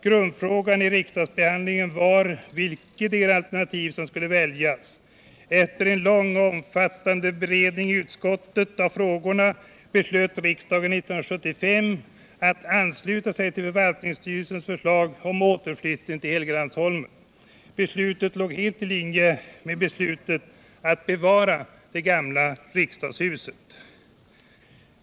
Grundfrågan i riksdagsbehandlingen var vilketdera av alternativen som skulle väljas. Efter en lång och omfattande beredning i utskottet av frågorna beslöt riksdagen 1975 att ansluta sig till förvaltningsstyrelsens förslag om återflyttning till Helgeandsholmen. Beslutet låg helt i linje med beslutet att bevara det gamla riksdagshuset.